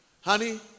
Honey